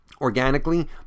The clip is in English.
organically